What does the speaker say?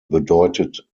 bedeutet